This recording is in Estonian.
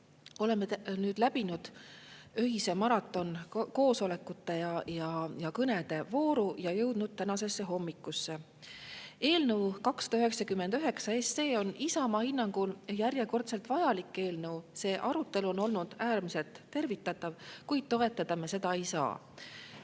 Oleme nüüd läbinud öise maratonkoosolekute ja -kõnede vooru ning jõudnud tänasesse hommikusse. Eelnõu 299 on Isamaa hinnangul järjekordselt vajalik eelnõu, see arutelu on olnud äärmiselt tervitatav, kuid toetada me seda ei saa.